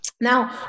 Now